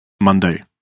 Monday